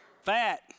Fat